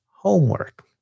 homework